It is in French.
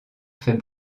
fait